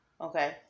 Okay